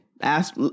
Ask